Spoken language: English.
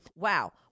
Wow